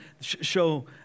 show